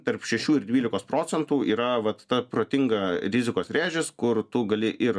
tarp šešių ir dvylikos procentų yra vat ta protinga rizikos rėžis kur tu gali ir